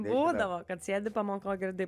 būdavo kad sėdi pamokoj girdi